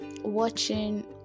watching